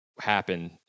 happen